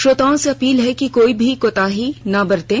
श्रोताओं से अपील है कि कोई भी कोताही न बरतें